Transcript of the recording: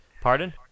pardon